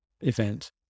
event